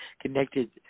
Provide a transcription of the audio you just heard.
connected